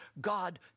God